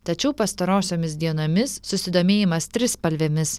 tačiau pastarosiomis dienomis susidomėjimas trispalvėmis